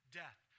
death